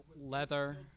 leather